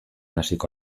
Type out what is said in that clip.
hasiko